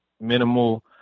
minimal